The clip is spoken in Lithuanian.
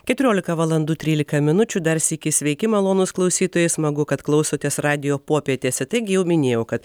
keturiolika valandų trylika minučių dar sykį sveiki malonūs klausytojai smagu kad klausotės radijo popietės taigi jau minėjau kad